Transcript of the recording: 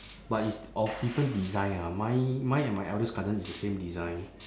but it's of different design ah mine mine and my eldest cousin is the same design